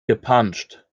gepanscht